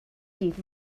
dydd